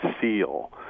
seal